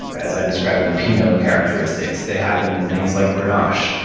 as i describe them, pinot characteristics. they happen in things like grenache.